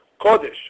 Kodesh